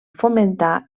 fomentar